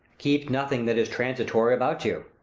keep nothing that is transitory about you.